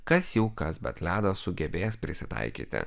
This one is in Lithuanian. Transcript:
kas jau kas bet ledas sugebės prisitaikyti